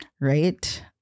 right